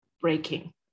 breaking